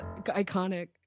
iconic